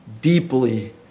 deeply